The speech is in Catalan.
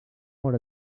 mor